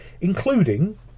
including